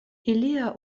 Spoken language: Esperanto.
ilia